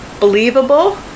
believable